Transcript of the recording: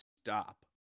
Stop